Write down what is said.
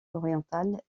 orientales